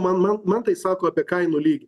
man man man tai sako apie kainų lygį